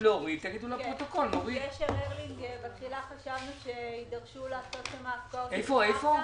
בגשר הרלינג הגענו למסקנה שאין צורך בהפקעות קרקע.